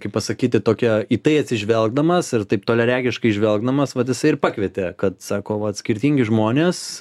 kaip pasakyti tokią į tai atsižvelgdamas ir taip toliaregiškai žvelgdamas vat jisai ir pakvietė kad sako vat skirtingi žmonės